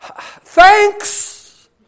thanks